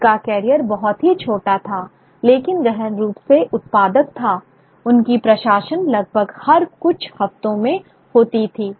उनका कैरियर बहुत ही छोटा था लेकिन गहन रूप से उत्पादक था उनकी प्रकाशन लगभग हर कुछ हफ्तों में होती थी